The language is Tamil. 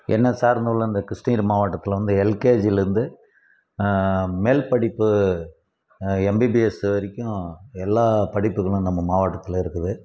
என்ன சார்ந்துள்ள இந்த கிருஷ்ணகிரி மாவட்டத்தில் வந்து எல்கேஜிலருந்து மேல் படிப்பு எம்பிபிஎஸ் வரைக்கும் எல்லா படிப்புகளும் நம்ம மாவட்டத்தில் இருக்குது